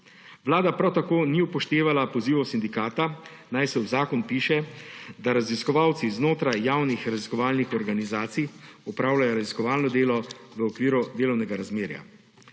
Vlada prav tako ni upoštevala pozivov sindikata, naj se v zakon vpiše, da raziskovalci znotraj javnih raziskovalnih organizacij opravljajo raziskovalno delo v okviru delovnega razmerja.